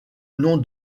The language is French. nom